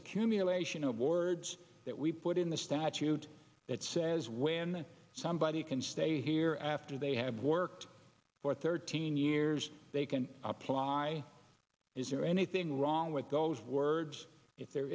accumulation of wards that we put in the statute that says when somebody can stay here after they have worked for thirteen years they can apply is there anything wrong with those words if there